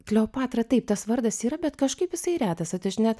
kleopatra taip tas vardas yra bet kažkaip jisai retas bet aš net